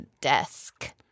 desk